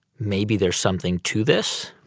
maybe there's something to this?